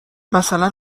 مثلا